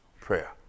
prayer